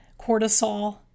cortisol